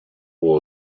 will